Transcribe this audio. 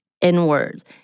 inwards